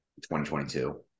2022